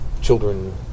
Children